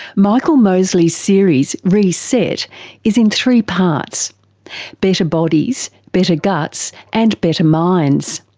michael mosley's series reset is in three parts better bodies, better guts and better minds.